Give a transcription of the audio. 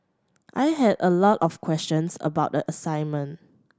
I had a lot of questions about the assignment